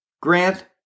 Grant